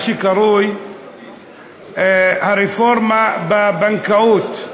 מה שקרוי הרפורמה בבנקאות,